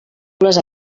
les